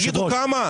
היושב ראש,